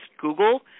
Google